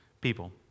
people